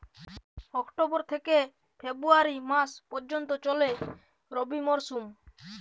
October থেকে February মাস পর্যন্ত চলে রবি মরসুম